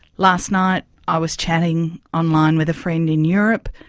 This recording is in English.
last night i was chatting online with a friend in europe,